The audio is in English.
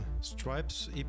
Stripes